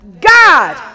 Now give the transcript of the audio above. God